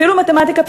אפילו מתמטיקה פשוטה.